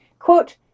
Quote